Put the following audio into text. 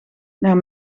naar